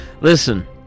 Listen